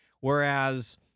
whereas